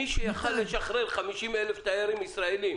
מי שיכול היה לשחרר 50,000 תיירים ישראלים